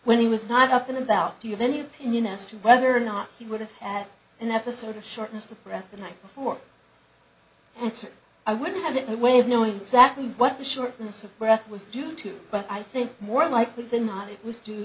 when he was not up in about to have any opinion as to whether or not he would have had an episode of shortness of breath the night before and i would have it my way of knowing exactly what the shortness of breath was due to but i think more likely than it was due